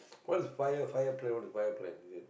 what is five year five year plan what is five plan